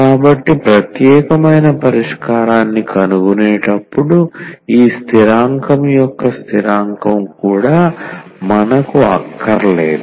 కాబట్టి ప్రత్యేకమైన పరిష్కారాన్ని కనుగొనేటప్పుడు ఈ స్థిరాంకం యొక్క స్థిరాంకం కూడా మనకు అక్కరలేదు